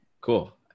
Cool